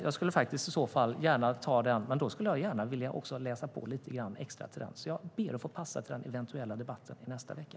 Jag skulle gärna ta den, men då vill jag gärna läsa på lite extra. Därför ber jag att få passa till den eventuella debatten nästa vecka.